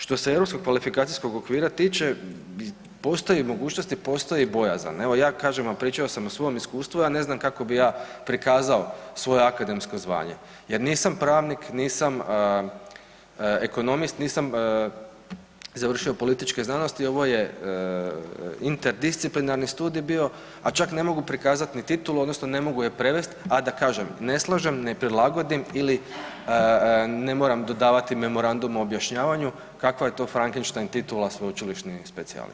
Što se EKO-a tiče, postoje mogućnosti i postoji bojazan, evo, ja kažem vam, pričao sam o svom iskustvu, ja ne znam kako bi ja prikazao svoje akademsko zvanje jer nisam pravnik, nisam ekonomist, nisam završio političke znanosti, ovo je interdisciplinarni studij bio, a čak ne mogu prikazati ni titulu, odnosno ne mogu je prevesti, a da kažem, ne slažem, ne prilagodim ili ne moram dodavati memorandum o objašnjavanju kakva je to Frankenstein titula sveučilišni specijalist.